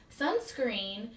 sunscreen